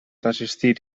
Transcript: resistir